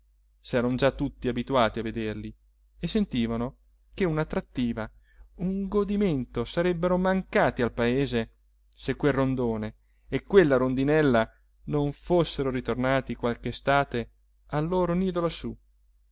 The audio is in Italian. trattoria s'eran già tutti abituati a vederli e sentivano che un'attrattiva un godimento sarebbero mancati al paese se quel rondone e quella rondinella non fossero ritornati qualche estate al loro nido lassù